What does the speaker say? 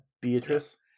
Beatrice